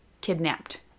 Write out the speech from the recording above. kidnapped